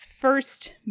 first